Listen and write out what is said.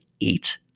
eight